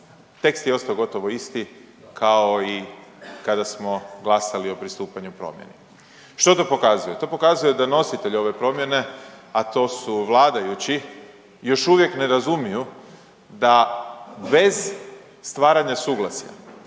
tekst je ostao gotovo isti kao i kada smo glasali o pristupanju promjeni. Što to pokazuje? To pokazuje da nositelj ove promjene, a to su vladajući, još uvijek ne razumiju da bez stvaranja suglasja,